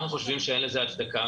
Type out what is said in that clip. אנחנו חושבים שאין לזה הצדקה.